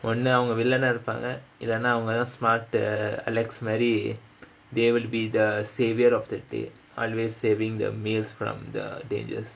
ஒன்னு அவங்க:onnu avanga villain ah இருப்பாங்க இல்லனா அவங்கதா:iruppaanga illanaa avangathaa smart alex மாரி:maari they will be the saviour of the day always saving the meals from the dangers